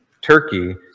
Turkey